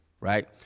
right